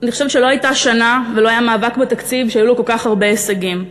שלא הייתה שנה ולא היה מאבק בתקציב שהיו לו כל כך הרבה הישגים,